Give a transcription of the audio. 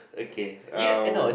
okay uh